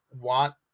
want